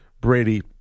Brady